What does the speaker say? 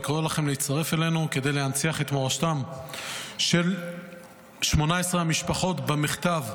אני קורא לכם להצטרף אלינו כדי להנציח את מורשתם של 18 המשפחות במכתב,